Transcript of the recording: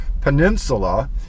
peninsula